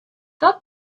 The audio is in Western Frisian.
dat